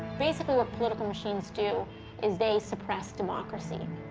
basically, what political machines do is they suppress democracy.